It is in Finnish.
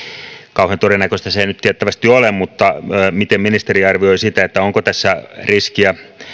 kauhean todennäköistä se ei nyt tiettävästi ole mutta miten ministeri arvioi sitä onko tässä riskiä